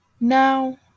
Now